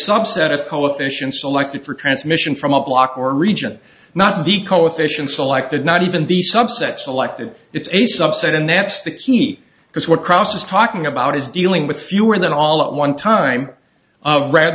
subset of politicians selected for transmission from a block or region not the co efficient selected not even the subset selected it's a subset and that's the heat because what crossus talking about is dealing with fewer than all at one time of rather